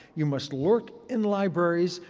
you must lurk in libraries,